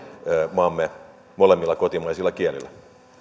maamme molemmilla kotimaisilla kielillä